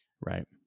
right